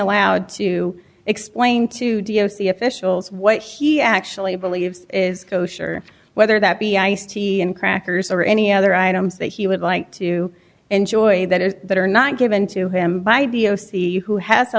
allowed to explain to the o c officials what he actually believes is kosher whether that be ice tea and crackers or any other items that he would like to enjoy that is that are not given to him by b o c who has a